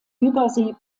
übersee